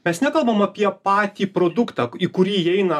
mes nekalbam apie patį produktą į kurį įeina